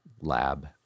lab